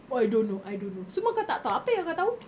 oh I don't know I don't know semua kau tak tahu apa yang kau tahu